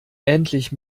endlich